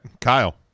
Kyle